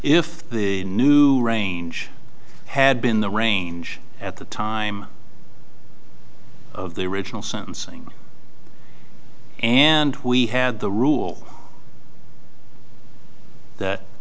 if the range had been the range at the time of the original sentencing and we had the rule